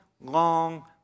long